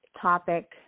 topic